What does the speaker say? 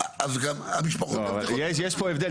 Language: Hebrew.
יש כאן הבדל.